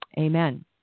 Amen